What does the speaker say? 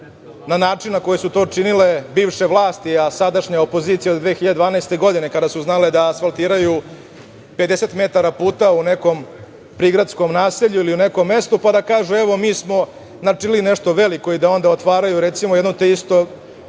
na način na koji su to činile bivše vlasti, a sadašnja opozicija od 2012. godine, kada su znale da asfaltiraju 50 metara puta u nekom prigradskom naselju ili u nekom mestu, pa da kažu – evo, mi smo načinili nešto veliko, pa da onda otvaraju, recimo, jednu te istu